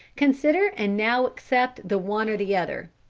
consider and now accept the one or the other.